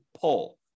pull